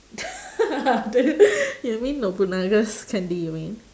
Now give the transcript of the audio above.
the you mean nobunaga's candy you mean